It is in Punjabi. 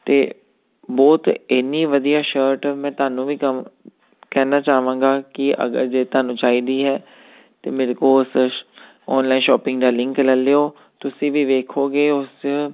ਅਤੇ ਬਹੁਤ ਇੰਨੀ ਵਧੀਆ ਸ਼ਰਟ ਮੈਂ ਤੁਹਾਨੂੰ ਵੀ ਕੰਮ ਕਹਿਣਾ ਚਾਹਾਂਗਾ ਕਿ ਅਗਰ ਜੇ ਤੁਹਾਨੂੰ ਚਾਹੀਦੀ ਹੈ ਤਾਂ ਮੇਰੇ ਕੋਲ ਉਸ ਔਨਲਾਈਨ ਸ਼ੋਪਿੰਗ ਦਾ ਲਿੰਕ ਲੈ ਲਿਓ ਤੁਸੀਂ ਵੀ ਵੇਖੋਗੇ ਉਸ